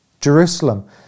Jerusalem